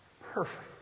perfect